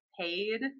paid